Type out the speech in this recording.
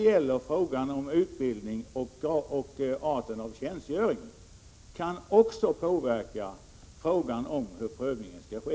i utbildningen och graden av tjänstgöring också kan påverka frågan om hur prövningen skall ske.